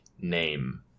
name